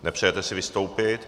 Nepřejete si vystoupit.